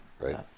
Right